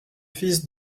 fils